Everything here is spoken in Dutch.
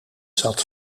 zat